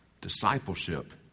Discipleship